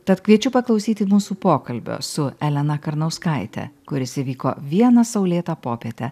tad kviečiu paklausyti mūsų pokalbio su elena karnauskaite kuris įvyko vieną saulėtą popietę